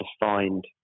defined